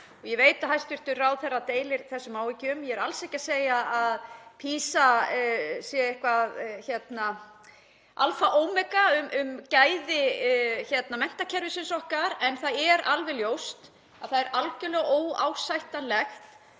Ég veit að hæstv. ráðherra deilir þessum áhyggjum. Ég er alls ekki að segja að PISA sé eitthvað alfa og ómega um gæði menntakerfisins okkar en það er alveg ljóst að það er algerlega óásættanlegt